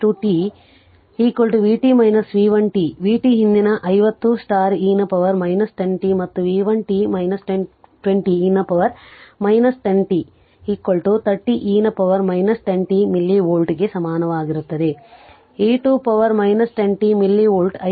ಆದ್ದರಿಂದ v 2 v 2 t vt v 1 t vt ಹಿಂದಿನ 50 e ನ ಪವರ್ 10 t ಮತ್ತು v 1 t 20 e ನ ಪವರ್ 10 t 30 e ನ ಪವರ್ 10 tಮಿಲಿ ವೋಲ್ಟ್ ಗೆ ಸಮಾನವಾಗಿರುತ್ತದೆ e to power 10 t milli volt